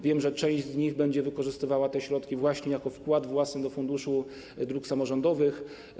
Wiem, że część z nich będzie wykorzystywała te środki właśnie jako wkład własny do Funduszu Dróg Samorządowych.